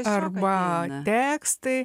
arba tekstai